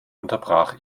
unterbrach